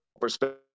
perspective